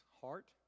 heart